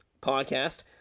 podcast